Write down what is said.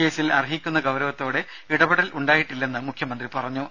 കേസിൽ അർഹിക്കുന്ന ഗൌരവത്തോടെ ഇടപെടലുണ്ടായിട്ടില്ലെന്ന് മുഖ്യമന്ത്രി പറഞ്ഞു